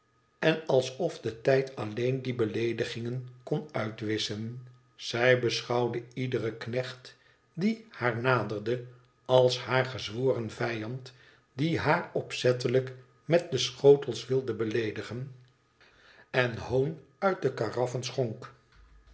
en alsof de tijd alleen die beleedigingen kon uitwisschen zij beschouwde iederen knecht die haar naderde als haar gezworen vijand die haar opzettelijk met de schotels wilde beleedigen en hoon uit de